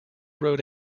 road